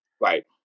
right